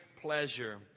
pleasure